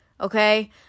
okay